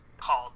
called